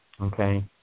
Okay